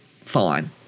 fine